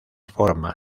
forma